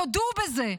תודו בזה.